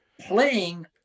playing